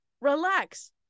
Relax